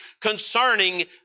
concerning